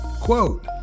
Quote